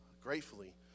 gratefully